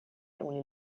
only